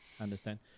understand